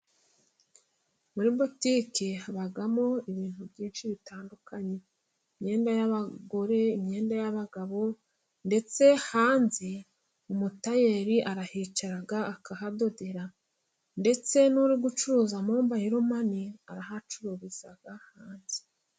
Muri butike habamo ibintu byinshi bitandukanye. Imyenda y'abagore, imyenda y'abagabo, ndetse hanze umutayeri arahicara akahadodera. Ndetse n'uri gucuruza mobayiro mani, arahacururiza hanze.